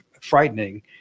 frightening